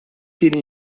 tieni